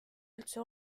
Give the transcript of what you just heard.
üldse